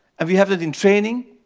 and we have them in training,